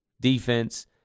defense